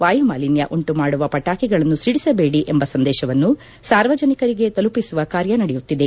ವಾಯುಮಾಲಿನ್ಲ ಉಂಟು ಮಾಡುವ ಪಟಾಕಿಗಳನ್ನು ಸಿಡಿಸಬೇಡಿ ಎಂಬ ಸಂದೇಶವನ್ನು ಸಾರ್ವಜನಿಕರಿಗೆ ತಲುಪಿಸುವ ಕಾರ್ಯ ನಡೆಯುತ್ತಿದೆ